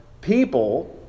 people